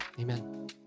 Amen